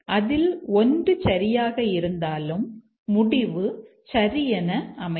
அதில் ஒன்று சரியாக இருந்தாலும் முடிவு சரி என்ன அமையும்